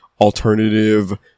alternative